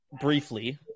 briefly